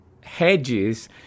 hedges